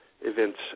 events